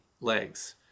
legs